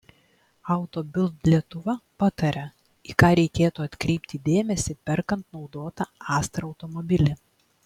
auto bild lietuva pataria į ką reikėtų atkreipti dėmesį perkant naudotą astra automobilį